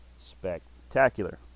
spectacular